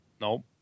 Nope